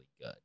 good